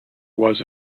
was